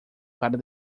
para